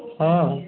ହଁ